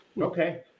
Okay